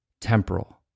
temporal